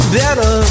better